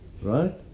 Right